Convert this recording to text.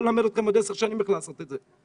ללמד אתכם עוד 10 שנים איך לעשות את זה.